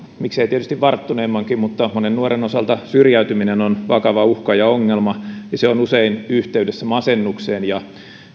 miksei tietysti varttuneemmankin osalta syrjäytyminen on vakava uhka ja ongelma ja se on usein yhteydessä masennukseen ja